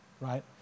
right